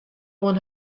oan